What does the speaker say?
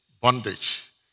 bondage